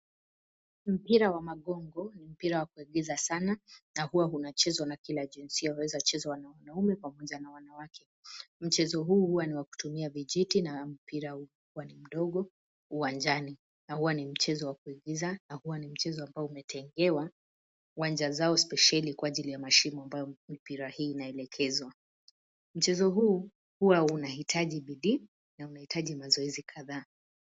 Mpira wa magongo ni mpira wa kuigiza sana na huwa unachezwa na kila jinsia, waweza chezwa na wanaume pamoja na wanawake. Mchezo huu huwa ni wa kutumia vijiti na mpira huwa ni mdogo, uwanjani na huwa ni mchezo wa kuigiza na huwa ni mchezo ambao umetengewa uwanja zao spesheli, kwa ajili ya mashimo ambayo mipira hii inaelekezwa. Mchezo huu huwa unahitaji bidii na unahitaji mazoezi kadhaa.